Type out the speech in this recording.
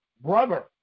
brother